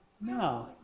No